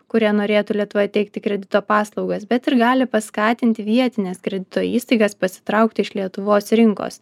kurie norėtų lietuvoje teikti kredito paslaugas bet ir gali paskatinti vietines kredito įstaigas pasitraukti iš lietuvos rinkos